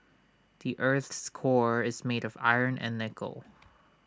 the Earth's core is made of iron and nickel